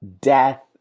death